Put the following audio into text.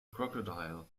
crocodile